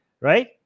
right